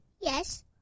yes